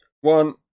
One